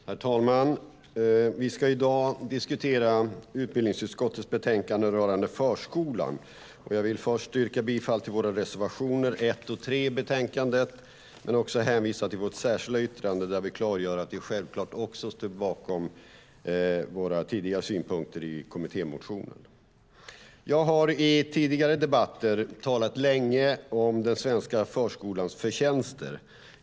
Herr talman! Vi ska i dag diskutera utbildningsutskottets betänkande rörande förskolan. Jag yrkar bifall till våra reservationer 1 och 3 i betänkandet men hänvisar också till vårt särskilda yttrande, där vi klargör att vi självklart även står bakom våra tidigare synpunkter i kommittémotionen. Jag har i tidigare debatter talat länge om den svenska förskolans förtjänster.